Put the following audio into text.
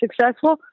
successful